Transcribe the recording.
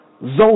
Zoe